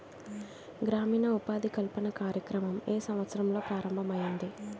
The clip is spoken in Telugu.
గ్రామీణ ఉపాధి కల్పన కార్యక్రమం ఏ సంవత్సరంలో ప్రారంభం ఐయ్యింది?